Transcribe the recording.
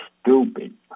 stupid